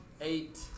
eight